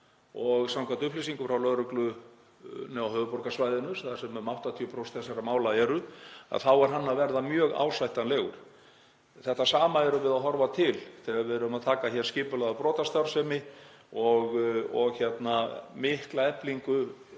Samkvæmt upplýsingum frá lögreglunni á höfuðborgarsvæðinu, þar sem um 80% þessara mála eru, þá er hann að verða mjög ásættanlegur. Þess sama erum við að horfa til þegar við erum að taka hér skipulagða brotastarfsemi og mikla eflingu